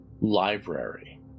library